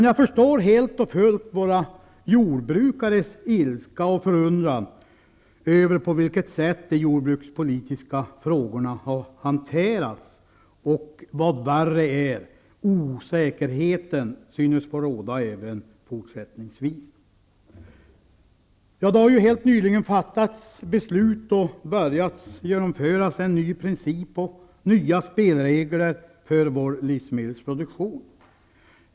Jag förstår helt och fullt våra jordbrukares ilska och förundran över det sätt på vilket de jordbrukspolitiska frågorna har hanterats. Och vad värre är -- osäkerheten synes få råda även fortsättningsvis. Helt nyligen har beslut fattats, och man har börjat genomföra en ny princip och nya spelregler för vår livsmedelsproduktion.